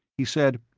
he said,